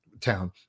town